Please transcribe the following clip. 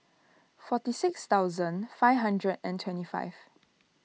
forty six thousand five hundred and twenty five